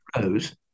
rose